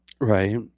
Right